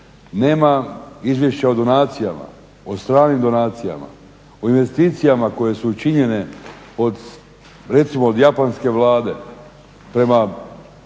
Nema izvješća o donacijama, o stranim donacijama, o investicijama koje su učinjene od recimo od Japanske Vlade prema